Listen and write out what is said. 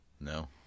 No